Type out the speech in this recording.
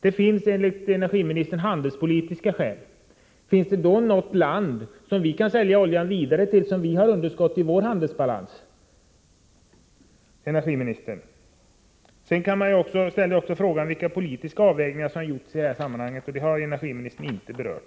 Det finns enligt energiministern handelspolitiska skäl. Finns det något land som vi kan sälja oljan vidare till, där vi har underskott i handelsbalansen? Man kan också ställa frågan vilka politiska avvägningar som har gjorts i detta sammanhang — något som energiministern inte har berört.